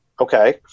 Okay